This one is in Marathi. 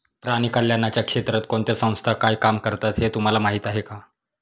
प्राणी कल्याणाच्या क्षेत्रात कोणत्या संस्था काय काम करतात हे तुम्हाला माहीत आहे का?